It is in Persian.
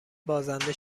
بازنده